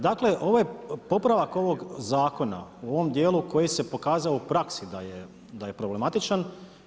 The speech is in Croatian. Dakle popravak ovog zakona u ovom dijelu koji se pokazao u praksi da je problematičan.